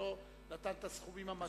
שלא נתן את הסכומים המתאימים,